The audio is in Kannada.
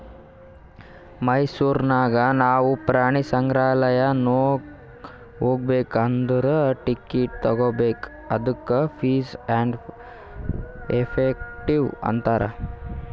ಮೈಸೂರ್ ನಾಗ್ ನಾವು ಪ್ರಾಣಿ ಸಂಗ್ರಾಲಯ್ ನಾಗ್ ಹೋಗ್ಬೇಕ್ ಅಂದುರ್ ಟಿಕೆಟ್ ತಗೋಬೇಕ್ ಅದ್ದುಕ ಫೀಸ್ ಆ್ಯಂಡ್ ಎಫೆಕ್ಟಿವ್ ಅಂತಾರ್